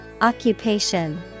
Occupation